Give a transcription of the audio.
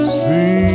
see